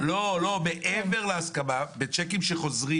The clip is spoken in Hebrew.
לא, מעבר להסכמה, בצ'קים חוזרים